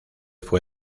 fue